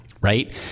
right